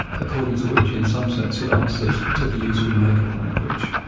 according to which in some sense it answered to the use we make of language,